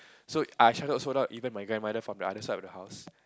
so I shouted so loud even my grandmother from the other side of the house